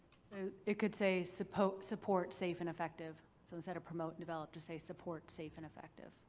so it could say, support support safe and effective. so instead of promote and develop, just say, support safe and effective.